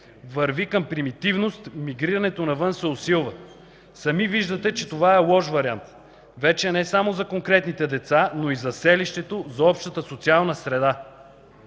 Върви към примитивност. Мигрирането навън се усилва. Сами виждате, че това е лош вариант. Вече не само за конкретните деца, но и за селището, за общата социална среда.